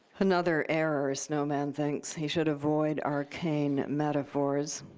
another error, snowman thinks. he should avoid arcane metaphors.